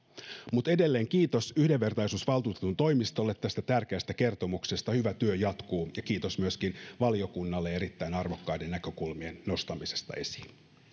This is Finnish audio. mutta edelleen kiitos yhdenvertaisuusvaltuutetun toimistolle tästä tärkeästä kertomuksesta hyvä työ jatkuu ja kiitos myöskin valiokunnalle erittäin arvokkaiden näkökulmien nostamisesta esiin